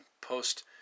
post